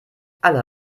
alle